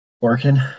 working